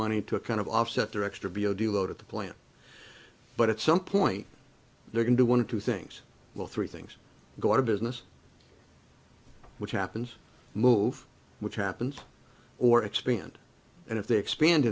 money to kind of offset their extra b o deal go to the plant but at some point they're going to one of two things well three things go out of business which happens move which happens or expand and if they expand